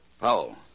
Powell